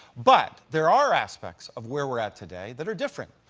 but there are aspects of where we're at today that are different.